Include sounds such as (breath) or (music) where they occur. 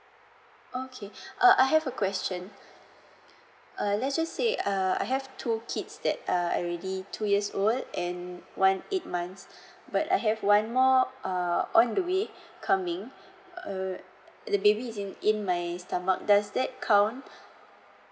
okay (breath) uh I have a question uh let's just say uh I have two kids that uh already two years old and one eight months (breath) but I have one more uh on the way (breath) coming uh the baby is in in my stomach does that count (breath)